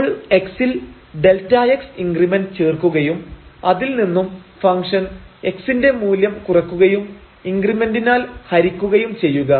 നമ്മൾ x ൽ Δx increment ചേർക്കുകയും അതിൽ നിന്നും ഫംഗ്ഷൻ x ന്റെ മൂല്യം കുറക്കുകയും ഇൻക്രിമെന്റിനാൽ ഹരിക്കുകയും ചെയ്യുക